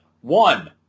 One